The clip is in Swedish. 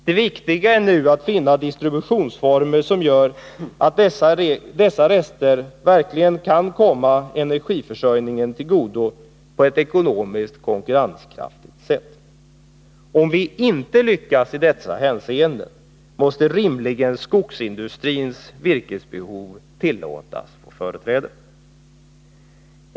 Det viktiga är nu att finna distributionsformer som gör att dessa rester verkligen kan komma energiförsörjningen till godo på ett ekonomiskt konkurrenskraftigt sätt. Om vi inte lyckats i dessa hänseenden, måste rimligen skogsindustrins virkesbehov tillåtas få företräde.